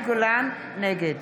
נגד